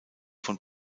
von